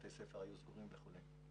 בתי ספר היו סגורים וכו'.